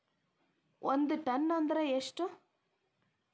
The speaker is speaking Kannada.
ಒಂದ್ ಟನ್ ಅಂದ್ರ ಎಷ್ಟ?